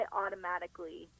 automatically